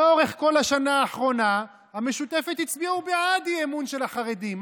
לאורך כל השנה האחרונה המשותפת הצביעו בעד אי-אמון של החרדים.